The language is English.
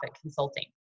consulting